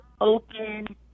open